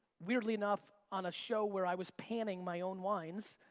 weirdly enough, on a show where i was panning my own wines.